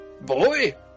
boy